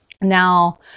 Now